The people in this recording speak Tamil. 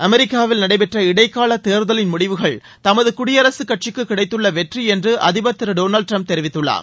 அமெரிக்காவில் நடைபெற்ற இடைக்கால தேர்தலின் முடிவுகள் தமது குடியரசு கட்சிக்கு கிடைத்துள்ள வெற்றி என்று அதிபர் திரு டொனால்டு டிரம்ப் தெரிவித்துள்ளார்